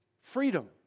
Freedom